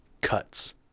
cuts